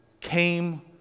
came